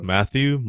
Matthew